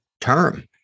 term